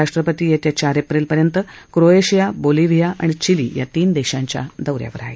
राष्ट्रपती येत्या चार एप्रिल पर्यंत क्रोएशिया बोलिव्हिया आणि चिली या तीन देशांच्या दौ यावर आहेत